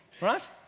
right